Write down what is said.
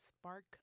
spark